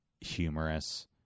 humorous